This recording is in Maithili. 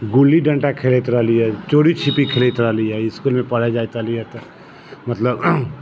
गुल्ली डंटा खेलैत रहलियै चोरी छिपी खेलैत रहलियै स्कूलमे पढ़य जाइत हेलियै तऽ मतलब